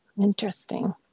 Interesting